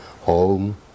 home